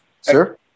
sir